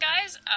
guys